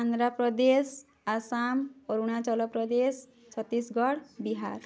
Andhra Pradesh Assam Arunachal Pradesh Chhattisgarh Bihar